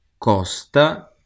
Costa